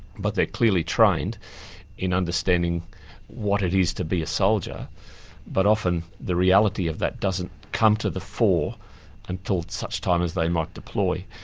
but they're clearly trained in understanding what it is to be a soldier but often the reality of that doesn't come to the fore until such time as they might deploy.